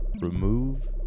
remove